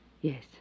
Yes